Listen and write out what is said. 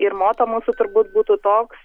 ir moto mūsų turbūt būtų toks